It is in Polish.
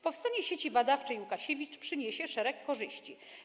Powstanie Sieci Badawczej Łukasiewicz przyniesie szereg korzyści.